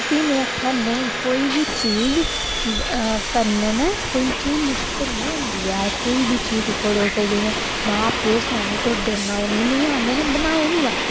प्ही में आखेआ नेईं कोई बी चीज़ करने कन्नै कोई बी चीज़ मुशकल निं होंदी ऐ कोई बी चीज़ दिक्खो तुस जि'यां में आपूं तु'सेंगी सनानी आं ढोड्डे बनाए मिगी नेईं आंदे में बनाए नी बा